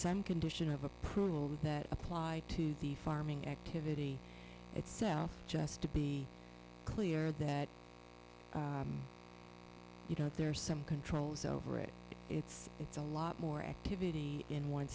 some condition of approval that apply to the farming activity itself just to be clear that you don't there are some controls over it it's it's a lot more activity in one